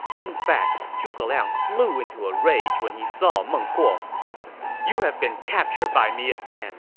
in fact, zhuge liang flew into a rage when he saw meng huo you have been captured by me again!